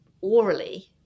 orally